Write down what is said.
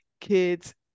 kids